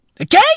Okay